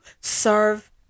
Serve